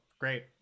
Great